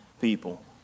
people